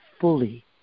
fully